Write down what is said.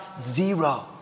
Zero